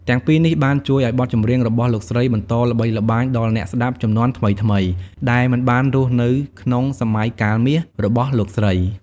ទាំងពីរនេះបានជួយឲ្យបទចម្រៀងរបស់លោកស្រីបន្តល្បីល្បាញដល់អ្នកស្តាប់ជំនាន់ថ្មីៗដែលមិនបានរស់នៅក្នុងសម័យកាលមាសរបស់លោកស្រី។